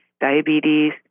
diabetes